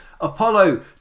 Apollo